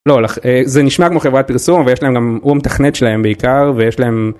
זה נשמע כמו חברת פרסום ויש להם גם אום תכנת שלהם בעיקר ויש להם.